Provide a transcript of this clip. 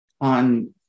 on